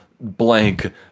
blank